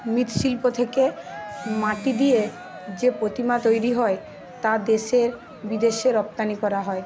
মৃৎশিল্প থেকে মাটি দিয়ে যে প্রতিমা তৈরি হয় তা দেশের বিদেশে রপ্তানি করা হয়